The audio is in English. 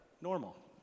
normal